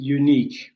unique